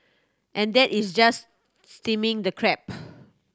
and that is just steaming the crab